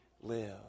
live